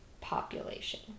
population